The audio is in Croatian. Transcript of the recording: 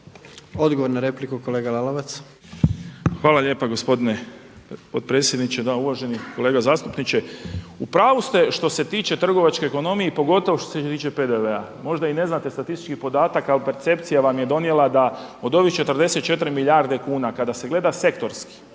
Odgovor na repliku kolega Lalovac. **Lalovac, Boris (SDP)** Hvala lijepa gospodine potpredsjedniče. Da uvaženi kolega zastupniče u pravu ste što se tiče trgovačke ekonomije i pogotovo što se tiče PDV-a. Možda i ne znate statistički podatak ali percepcija vam je donijela da od ovih 44 milijarde kuna kada se gleda sektorski